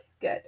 Good